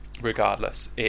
regardless